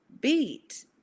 beat